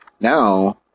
Now